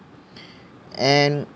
and